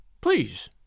Please